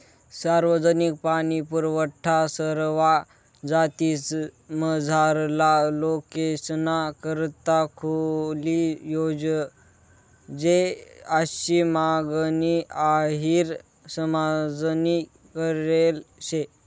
सार्वजनिक पाणीपुरवठा सरवा जातीमझारला लोकेसना करता खुली जोयजे आशी मागणी अहिर समाजनी करेल शे